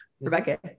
Rebecca